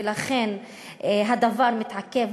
ולכן הדבר מתעכב,